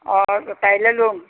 অঁ পাৰিলে ল'ম